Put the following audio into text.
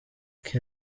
que